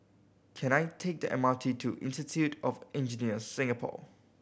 can I take the M R T to Institute of Engineers Singapore